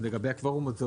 לא